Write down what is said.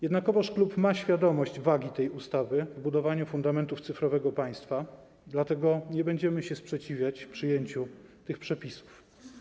Jednakowoż klub ma świadomość wagi tej ustawy w budowaniu fundamentów cyfrowego państwa, dlatego nie będziemy się sprzeciwiać przyjęciu tych przepisów.